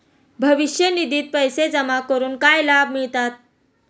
भविष्य निधित पैसे जमा करून काय लाभ मिळतात?